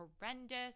horrendous